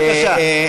בבקשה.